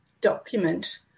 document